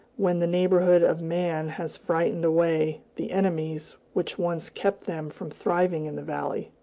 when the neighborhood of man has frightened away the enemies which once kept them from thriving in the valley.